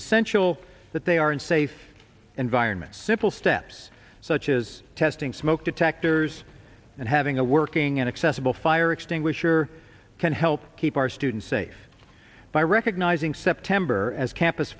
essential that they are in safe environments simple steps such as testing smoke detectors and having a working and accessible fire extinguisher can help keep our students safe by recognizing september as campus